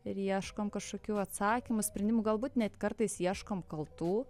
ir ieškom kažkokių atsakymų sprendimų galbūt net kartais ieškom kaltų